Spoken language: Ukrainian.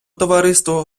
товариство